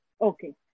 okay